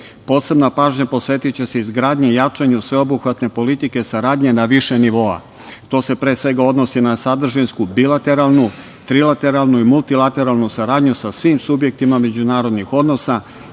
pažnja posvetiće se izgradnji i jačanju sveobuhvatne politike saradnje na više nivoa. To se pre svega odnosi na sadržinsku, bilateralnu, trilateralnu i multilateralnu saradnju sa svim subjektima međunarodnih odnosa,